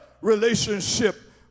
relationship